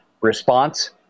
response